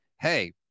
hey